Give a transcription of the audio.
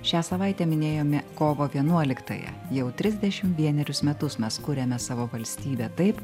šią savaitę minėjome kovo vienuoliktąją jau trisdešimt vienerius metus mes kuriame savo valstybę taip